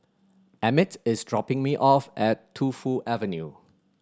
emmit is dropping me off at Tu Fu Avenue